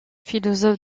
philosophe